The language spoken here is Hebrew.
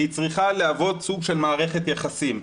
צריכה להוות סוג של מערכת יחסים,